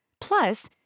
Plus